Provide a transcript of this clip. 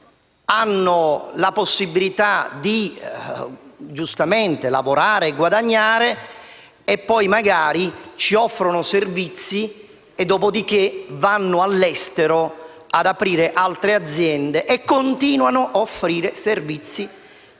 la possibilità di lavorare e guadagnare, ci offrono magari servizi, dopodiché vanno all’estero ad aprire altre aziende e continuano ad offrire servizi,